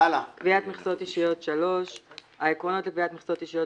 "קביעת מכסות אישיות העקרונות לקביעת מכסות אישיות